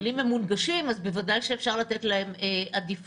אבל אם הם מונגשים אז בוודאי שאפשר לתת להם עדיפות.